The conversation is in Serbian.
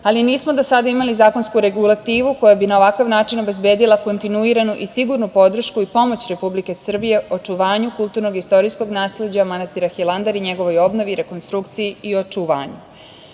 ali nismo do sada imali zakonsku regulativu koja bi na ovakav način obezbedila kontinuiranu i sigurnu podršku i pomoć Republike Srbije u očuvanju kulturnog istorijskog nasleđa manastira Hilandar, njegovoj obnovi, rekonstrukciji i očuvanju. Možemo